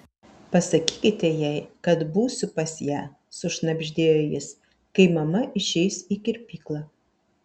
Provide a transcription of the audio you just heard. pasakykite jai kad būsiu pas ją sušnabždėjo jis kai mama išeis į kirpyklą